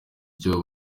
icyo